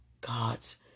God's